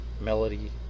Melody